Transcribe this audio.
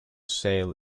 sail